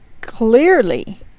clearly